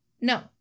No